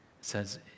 says